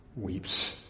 weeps